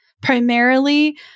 primarily